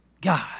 God